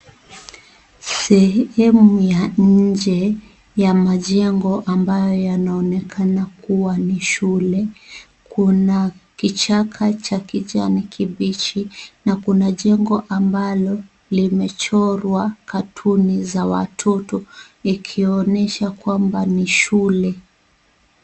Sehemu ya nje ya majengo ambayo yanaonekana kuwa ni shule. Kuna kichaka cha kijani kibichi na kuna jengo ambalo limechorwa katuni za watoto ikionyesha kwamba ni shule.